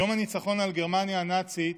יום הניצחון על גרמניה הנאצית